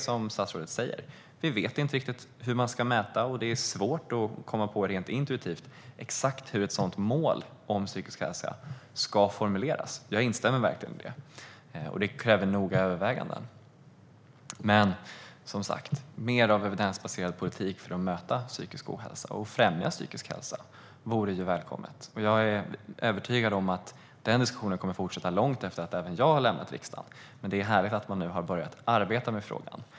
Som statsrådet säger vet vi inte riktigt hur man ska mäta psykisk ohälsa, och det är svårt att komma på rent intuitivt exakt hur ett mål om psykisk hälsa ska formuleras. Jag instämmer verkligen i det. Det kräver noggranna överväganden. Men, som sagt, det vore välkommet med mer evidensbaserad politik för att möta psykisk ohälsa och för att främja psykisk hälsa. Jag är övertygad om att denna diskussion kommer att fortsätta långt efter att även jag har lämnat riksdagen. Men det är härligt att man nu har börjat arbeta med frågan.